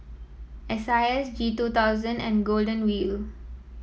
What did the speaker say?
S I S G two thousand and Golden Wheel